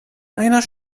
einer